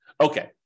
Okay